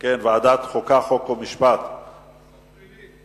חיפוש בגוף ונטילת אמצעי זיהוי)